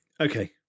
Okay